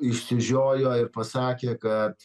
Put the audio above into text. išsižiojo ir pasakė kad